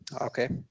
Okay